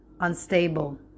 Unstable